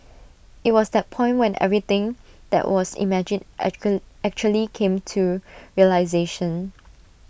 IT was that point when everything that was imagined actually came to realisation